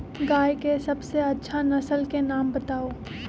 गाय के सबसे अच्छा नसल के नाम बताऊ?